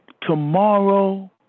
tomorrow